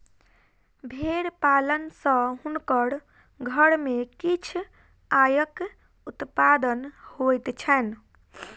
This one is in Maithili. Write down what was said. भेड़ पालन सॅ हुनकर घर में किछ आयक उत्पादन होइत छैन